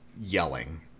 yelling